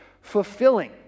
fulfilling